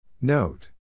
Note